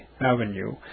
Avenue